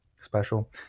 special